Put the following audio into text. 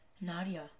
Nadia